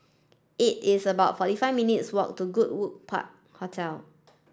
it is about forty five minutes' walk to Goodwood Park Hotel